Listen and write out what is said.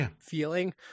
feeling